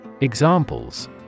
Examples